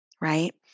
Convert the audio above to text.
right